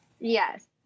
Yes